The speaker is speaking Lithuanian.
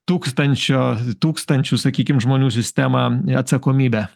tūkstančio tūkstančių sakykim žmonių sistemą atsakomybę